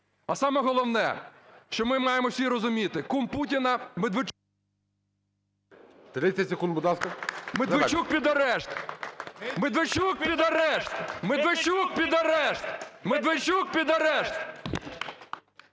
А саме головне, що ми маємо всі розуміти: кум Путіна Медведчук…